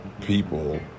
people